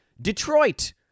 Detroit